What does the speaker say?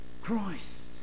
Christ